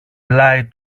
πλάι